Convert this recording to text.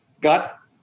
got